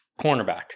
cornerback